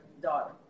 daughter